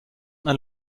man